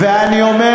אתה מדבר ברצינות?